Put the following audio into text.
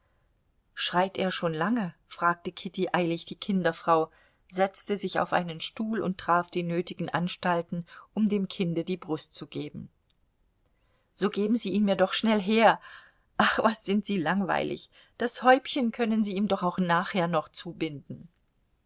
schreit er schon lange fragte kitty eilig die kinderfrau setzte sich auf einen stuhl und traf die nötigen anstalten um dem kinde die brust zu geben so geben sie ihn mir doch schnell her ach was sind sie langweilig das häubchen können sie ihm doch auch nachher noch zubinden